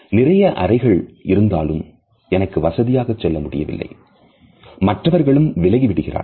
நிறைய அறைகள் இருந்தாலும் எனக்கு வசதியாக செல்ல முடியவில்லை மற்றவர்களும் விலகி விடுகிறார்கள்